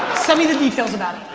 send me the details about it.